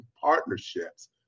partnerships